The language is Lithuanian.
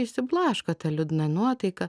išsiblaško ta liūdna nuotaika